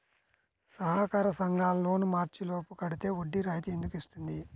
సహకార సంఘాల లోన్ మార్చి లోపు కట్టితే వడ్డీ రాయితీ ఎందుకు ఇస్తుంది?